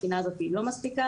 התקינה הזאת לא מספיקה.